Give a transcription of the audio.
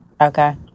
Okay